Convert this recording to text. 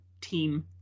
team